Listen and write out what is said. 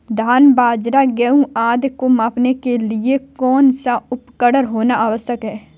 धान बाजरा गेहूँ आदि को मापने के लिए कौन सा उपकरण होना आवश्यक है?